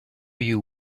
you